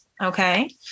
Okay